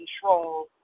control